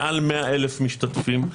מעל 100 אלף משתתפים,